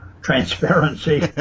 transparency